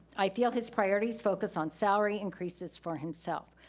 i feel his priorities focus on salary increases for himself.